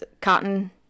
cotton